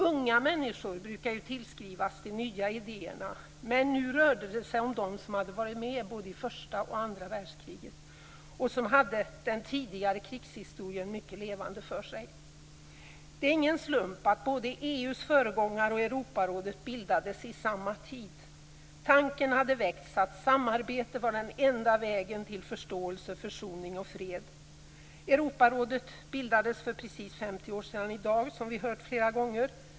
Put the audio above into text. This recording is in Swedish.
Unga människor brukar ju tillskrivas de nya idéerna, men nu rörde det sig om dem som hade varit med i både första och andra världskriget och som hade den tidigare krigshistorien mycket levande för sig. Det är ingen slump att både EU:s föregångare och Europarådet bildades under samma tid. Tanken hade väckts om att samarbete var den enda vägen till förståelse, försoning och fred. Europarådet bildades för i dag precis 50 år sedan, som vi har hört flera gånger.